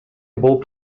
болуп